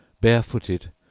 barefooted